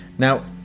Now